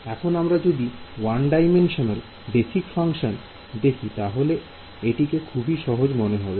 এখন আমরা যদি 1 ডাইমেনশনাল বেসিক ফাংশন দেখি তাহলে এটিকে খুবই সহজ মনে হবে